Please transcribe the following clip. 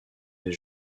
des